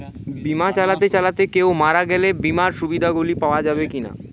বিমা চালাতে চালাতে কেও মারা গেলে বিমার সুবিধা গুলি পাওয়া যাবে কি না?